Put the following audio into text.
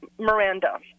Miranda